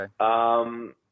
Okay